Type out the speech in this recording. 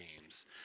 Games